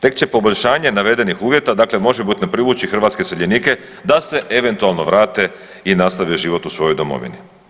Tek će poboljšanje navedenih uvjeta, dakle možebitno privući hrvatske iseljenike da se eventualno vrate i nastave život u svojoj domovini.